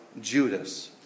Judas